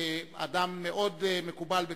נתקבלה.